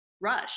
rush